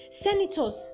Senators